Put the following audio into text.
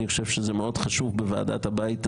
אני חושב שזה מאוד חשוב בוועדת הבית הזאת.